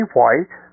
white